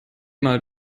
mal